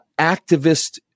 activist